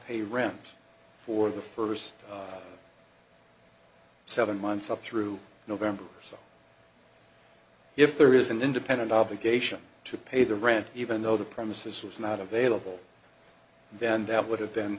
pay rent for the first seven months up through november so if there is an independent obligation to pay the rent even though the premises was not available then that would have been